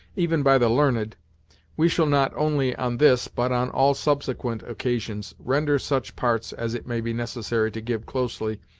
even by the learned we shall not only on this, but on all subsequent occasions render such parts as it may be necessary to give closely,